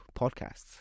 podcasts